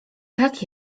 tak